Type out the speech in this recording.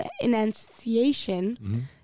enunciation